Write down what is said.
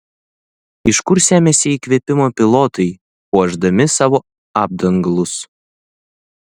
iš kur semiasi įkvėpimo pilotai puošdami savo apdangalus